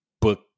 book